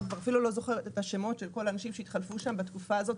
אני כבר אפילו לא זוכרת את השמות של כל האנשים שהתחלפו שם בתקופה הזאת,